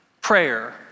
prayer